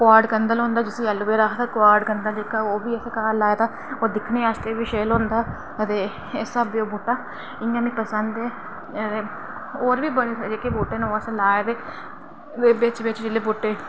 कुआर गंदल होंदा जिसी एलोवेरा आखदे कुआर गंदल जेह्का ओह्बी असें लाए दा होर दिक्खने आस्तै बी शैल होंदा ते इस स्हाबै ओह् बूह्टा इंया ने पसंद ऐ होर बी बड़े सारे बूह्टे न ओह् असें लाए दे ते बिच बिच जेल्लै बूह्टे